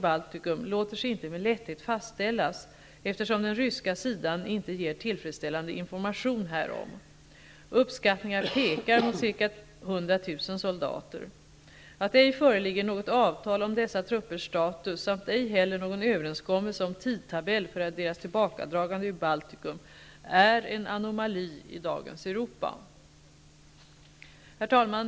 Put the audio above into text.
Baltikum låter sig inte med lätthet fastställas, eftersom den ryska sidan inte ger tillfredsställande information härom. Uppskattningar pekar mot ca 100 000 soldater. Att det ej föreligger något avtal om dessa truppers status samt ej heller någon överenskommelse om tidtabell för deras tillbakadragande ur Baltikum är en anomali i dagens Europa. Herr talman!